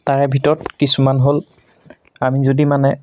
তাৰে ভিতৰত কিছুমান হ'ল আমি যদি মানে